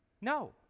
No